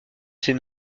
ces